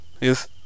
Yes